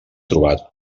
trobat